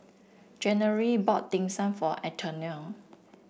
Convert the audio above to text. January bought Dim Sum for Antonia